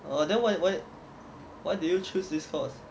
then why why did you choose this course